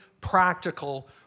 practical